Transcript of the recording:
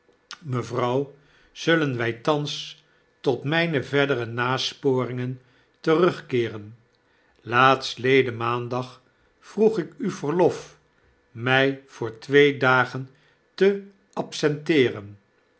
mevrouw zullen wij thans tot mijne verdere nasporingen terugkeeren laatstleden maandag vroeg ik u verlof mij voor twee dagen te absenteeren